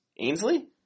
Ainsley